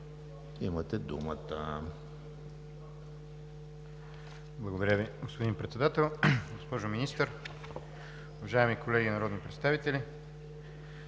СИДИ (ОП): Благодаря Ви, господин Председател. Госпожо Министър, уважаеми колеги народни представители!